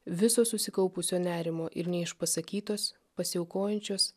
viso susikaupusio nerimo ir neišpasakytos pasiaukojančios